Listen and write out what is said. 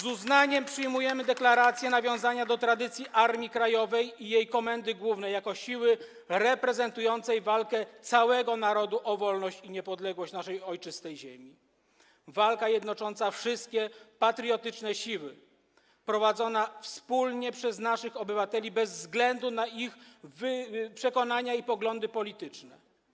Z uznaniem przyjmujemy deklarację nawiązania do tradycji Armii Krajowej i jej Komendy Głównej jako siły reprezentującej walkę całego narodu o wolność i niepodległość naszej ojczystej ziemi, walkę jednoczącą wszystkie patriotyczne siły, prowadzoną wspólnie przez naszych obywateli bez względu na ich przekonania i poglądy polityczne.